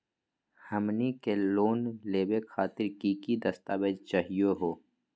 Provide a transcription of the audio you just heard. हमनी के लोन लेवे खातीर की की दस्तावेज चाहीयो हो?